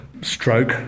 stroke